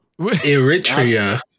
Eritrea